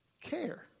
care